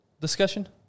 discussion